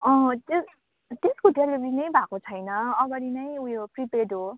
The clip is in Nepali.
अँ त्यसको डेलिभरी भएको छैन अगाडि नै ऊ यो प्रिपेड हो